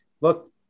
look